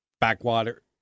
backwater